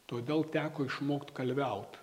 todėl teko išmokt kalviaut